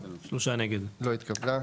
3 נמנעים,